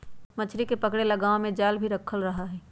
मछली के पकड़े ला गांव में जाल भी रखल रहा हई